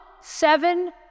seven